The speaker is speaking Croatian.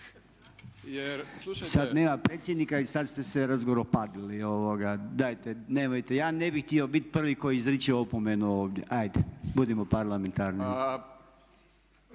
Sad nema predsjednika i sad ste se razgoropadili. Dajte, nemojte. Ja ne bih htio biti prvi koji izriče opomenu ovdje. Ajde, budimo parlamentarni.